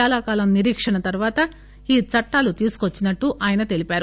చాలాకాలం నిరీక్షణ తర్వాత ఈ చట్టాలను తీసుకువచ్చినట్టు ఆయన తెలిపారు